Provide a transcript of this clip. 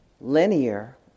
linear